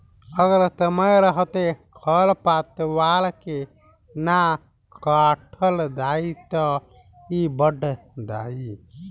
अगर समय रहते खर पातवार के ना काटल जाइ त इ बढ़ जाइ